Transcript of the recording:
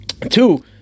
two